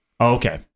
Okay